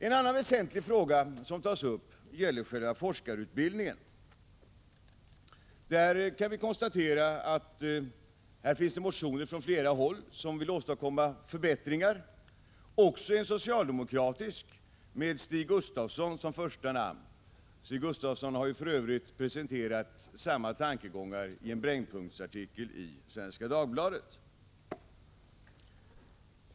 En annan väsentlig fråga som tas upp är forskarutbildningen. Där föreligger motioner från flera håll som vill åstadkomma förbättringar, också en socialdemokratisk motion med Stig Gustafsson som första namn. Han har för övrigt presenterat samma tankegångar i en Brännpunktsartikel i Svenska Dagbladet.